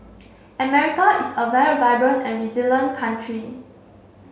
America is a very vibrant and resilient country